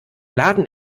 laden